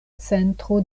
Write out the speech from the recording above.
centro